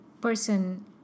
person